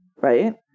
right